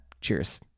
Cheers